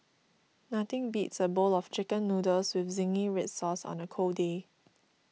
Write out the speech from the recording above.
nothing beats a bowl of Chicken Noodles with Zingy Red Sauce on a cold day